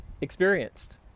experienced